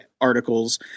articles